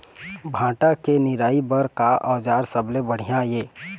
भांटा के निराई बर का औजार सबले बढ़िया ये?